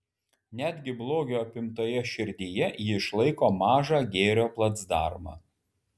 netgi blogio apimtoje širdyje ji išlaiko mažą gėrio placdarmą